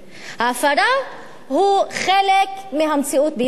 ההפרה היא חלק מהמציאות בישראל,